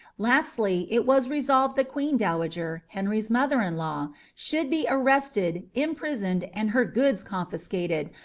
lastly, it was resolved the queen dowager, henry's mother-in-law, should be arrested, imprisoned, and her goods confiscated,